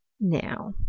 Now